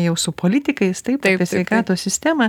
jau su politikais taip apie sveikatos sistemą